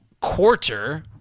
quarter